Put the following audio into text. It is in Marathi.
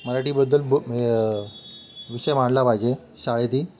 मराठीबद्दल बो ए विषय मांडला पाहिजे शाळेतही